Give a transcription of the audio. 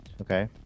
Okay